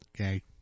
Okay